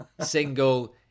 single